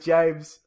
James